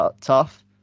tough